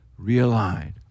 realigned